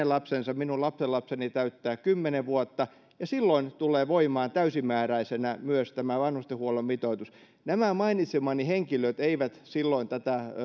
lapsensa minun lapsenlapseni täyttää kymmenen vuotta ja silloin tulee voimaan täysimääräisenä myös tämä vanhustenhuollon mitoitus nämä mainitsemani henkilöt eivät silloin tätä